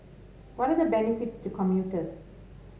what are the benefits to commuters